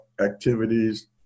activities